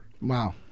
Wow